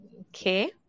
Okay